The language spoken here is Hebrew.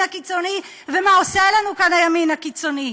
הקיצוני ומה עושה לנו כאן הימין הקיצוני.